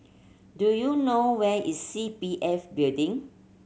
do you know where is C P F Building